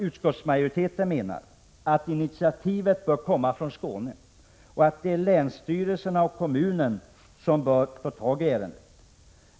Utskottsmajoriteten menar att initiativet bör komma från Skåne och att det är länsstyrelserna och kommunerna som bör ta tag i ärendet.